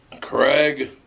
Craig